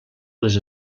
les